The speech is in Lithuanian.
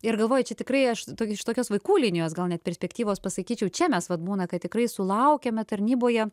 ir galvoji čia tikrai aš iš tokios vaikų linijos gal net perspektyvos pasakyčiau čia mes vat būna kad tikrai sulaukiame tarnyboje